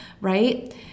right